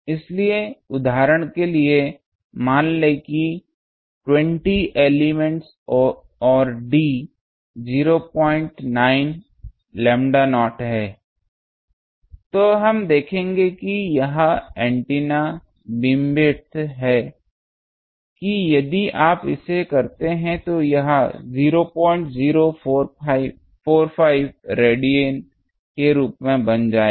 इसलिए उदाहरण के लिए मान लें कि 20 एलिमेंट और d 09 लैम्ब्डा नॉट है तो हम देखेंगे कि यह अर्रे एंटीना बीमविद्थ है कि यदि आप इसे करते हैं तो यह 0045 रेडियन के रूप में बन जाएगा